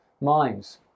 minds